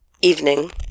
Evening